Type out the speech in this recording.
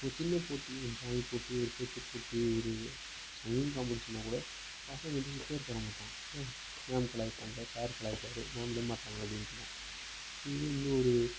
ஒரு சின்ன போட்டி ஒரு ட்ராயிங் போட்டி ஒரு பேச்சுப்போட்டி ஒரு சங்கிங் காம்பிடேஸன்னா கூட பசங்க எழுந்திரிச்சி பேர் தரமாட்றான் என் மேம் கலாய்ப்பாங்க சார் கலாய்ப்பாரு மேம் விடமாட்டாங்க அப்படின்னு சொன்னால் இதுவே இன்னும் ஒரு